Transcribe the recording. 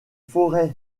forêts